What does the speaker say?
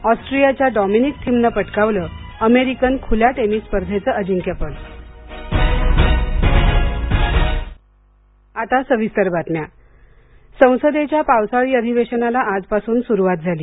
ऑस्ट्रियाच्या Dominic Thiem नं पटकावलं American खुल्या टेनिस स्पर्धेचं अजिंक्यपद संसद अधिवेशन संसदेच्या पावसाळी अधिवेशनाला आजपासून सुरुवात झाली